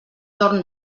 torn